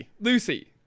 Lucy